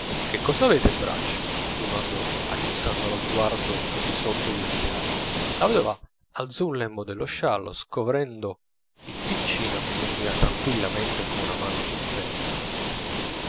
che cosa avete in braccio dimandò aguzzando lo sguardo di sotto gli occhiali la vedova alzò un lembo dello sciallo scovrendo il piccino che dormiva tranquillamente con una mano sul petto